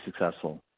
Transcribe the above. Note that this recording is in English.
successful